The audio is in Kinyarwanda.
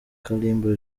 kalimba